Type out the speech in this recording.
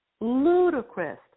ludicrous